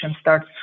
starts